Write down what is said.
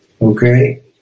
okay